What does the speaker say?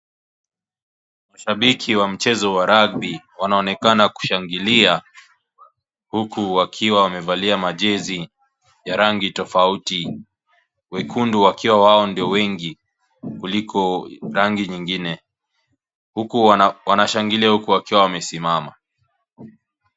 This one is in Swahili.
Mashabiki wa mchezo wa (cs)rugby(cs) wanaonekana kushangilia huku wakiwa wamevalia majezi ya rangi tofauti wekundu wakiwa wao ndo wengi kuliko rangi nyingine huku wanashangilia huku wakiwa wamesimama.